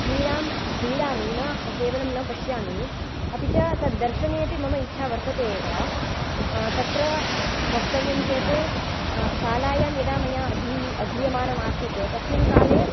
क्रीडां क्रीडामि न केवलं न पश्यामि अपि च तत् दर्शनेऽपि मम इच्छा वर्तत एव तत्र वक्तव्यं चेत् शालायां यदा मया अधि अधीयमानम् आसीत् तस्मिन् काले